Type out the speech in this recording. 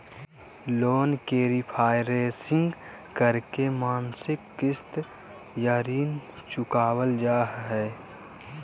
loan के refinancing करके मासिक किस्त या ऋण चुकावल जा हय